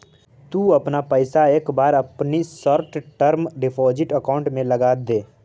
तु अपना पइसा एक बार लगी शॉर्ट टर्म डिपॉजिट अकाउंट में लगाऽ दे